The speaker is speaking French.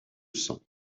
sang